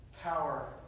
power